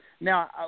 now